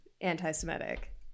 anti-Semitic